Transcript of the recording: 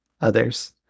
others